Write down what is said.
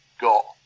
got